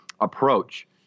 approach